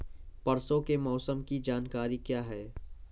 परसों के मौसम की जानकारी क्या है?